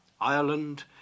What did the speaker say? Ireland